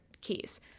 keys